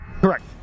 Correct